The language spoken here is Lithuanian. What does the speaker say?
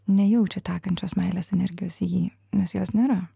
nejaučia tekančios meilės energijos į jį nes jos nėra